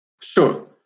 Sure